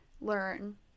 learn